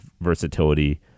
versatility